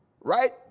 Right